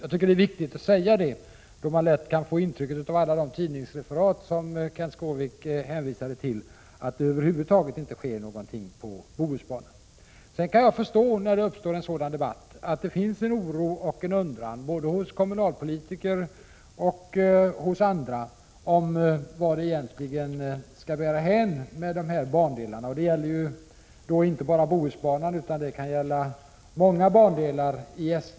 Jag tycker att det viktigt att säga detta, eftersom man — med tanke på alla de tidningsreferat som Kenth Skårvik hänvisade till — lätt kan få ett intryck av att det över huvud taget inte sker någonting när det gäller Bohusbanan. Men när en sådan debatt uppstår kan jag förstå att det finns en oro och en undran = Prot. 1986/87:18 både bland kommunalpolitiker och bland andra människor om vart det 4 november 1986 egentligen skall bära hän vad gäller de olika bandelarna. Det gällerintebara. MY mä ok Bohusbanan utan det kan också gälla många andra bandelar inom SJ:s nät.